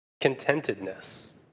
Contentedness